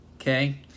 okay